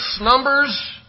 numbers